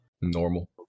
Normal